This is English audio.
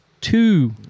two